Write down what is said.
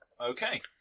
Okay